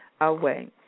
Away